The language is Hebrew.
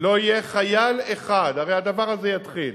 לא יהיה חייל אחד, הרי הדבר הזה יתחיל,